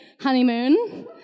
honeymoon